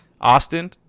Austin